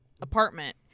apartment